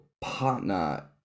partner